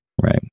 right